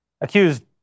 Accused